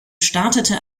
startete